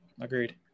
Agreed